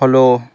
follow